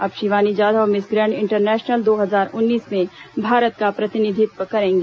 अब Shivani Jadhav Miss Grand International दो हजार उन्नीस में भारत का प्रतिनिधित्व करेंगी